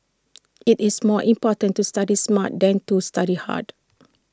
IT is more important to study smart than to study hard